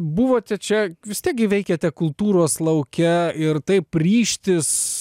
buvote čia vis tiek gi veikėte kultūros lauke ir taip ryžtis